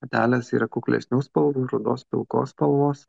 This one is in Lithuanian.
patelės yra kuklesnių spalvų rudos pilkos spalvos